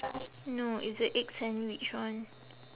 no it's the egg sandwich one